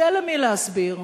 יהיה למי להסביר,